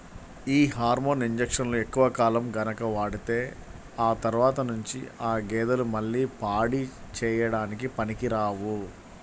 యీ హార్మోన్ ఇంజక్షన్లు ఎక్కువ కాలం గనక వాడితే ఆ తర్వాత నుంచి ఆ గేదెలు మళ్ళీ పాడి చేయడానికి పనికిరావు